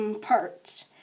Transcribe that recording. parts